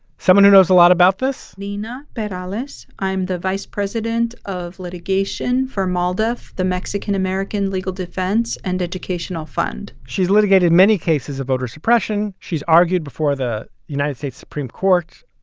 someone who knows a lot about this, nina but alice, i'm the vice president of litigation for maldef, the mexican american legal defense and educational fund she's litigated many cases of voter suppression. she's argued before the united states supreme court.